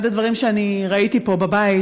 אחד הדברים שאני ראיתי פה בבית,